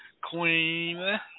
queen